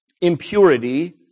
impurity